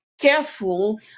careful